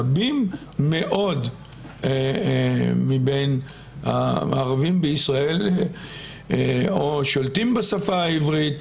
רבים מאוד מבין הערבים בישראל או שולטים בשפה העברית